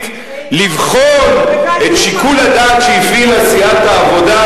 לבחון את שיקול הדעת שהפעילה סיעת העבודה,